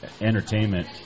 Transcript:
entertainment